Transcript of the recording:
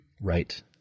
Right